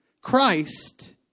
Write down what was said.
Christ